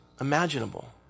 imaginable